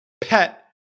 pet